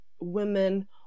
women